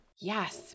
Yes